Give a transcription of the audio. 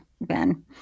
Ben